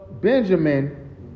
Benjamin